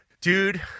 Dude